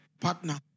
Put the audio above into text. partner